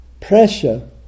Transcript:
pressure